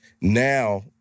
now